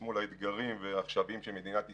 עצמו לאתגרים העכשוויים של מדינת ישראל,